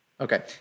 Okay